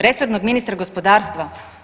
Resornog ministra gospodarstva?